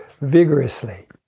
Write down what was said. vigorously